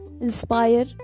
inspire